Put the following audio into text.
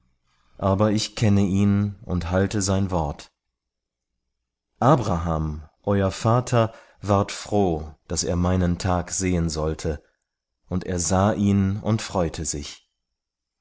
aber ich kenne ihn und halte sein wort abraham euer vater ward froh daß er meinen tag sehen sollte und er sah ihn und freute sich